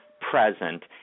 present